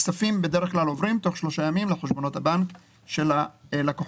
הכספים בדרך כלל עוברים תוך 3 ימים לחשבונות הבנק של הלקוחות.